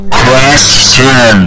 question